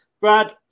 Brad